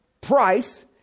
price